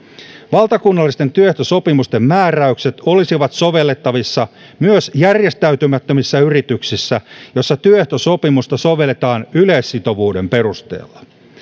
valtakunnallisten työehtosopimusten määräykset olisivat sovellettavissa myös järjestäytymättömissä yrityksissä joissa työehtosopimusta sovelletaan yleissitovuuden perusteella